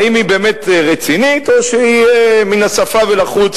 האם היא באמת רצינית או שהיא מן השפה ולחוץ,